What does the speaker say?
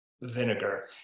vinegar